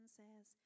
says